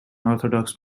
orthodox